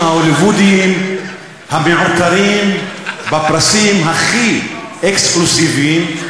ההוליוודיים המעוטרים בפרסים הכי אקסקלוסיביים,